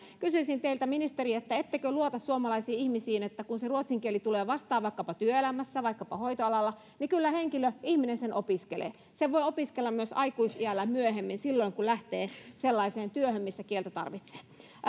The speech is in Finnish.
kysyisin teiltä ministeri ettekö luota suomalaisiin ihmisiin siihen että kun se ruotsin kieli tulee vastaan vaikkapa työelämässä vaikkapa hoitoalalla niin kyllä henkilö ihminen sen opiskelee sen voi opiskella myös aikuisiällä myöhemmin silloin kun lähtee sellaiseen työhön missä kieltä tarvitsee